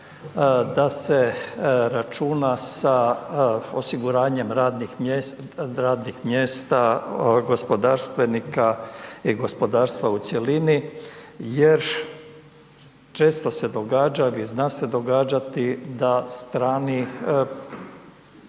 da se računa sa osiguranjem radnih mjesta gospodarstvenika i gospodarstva u cjelini jer često se događa, a i zna se događati da strani,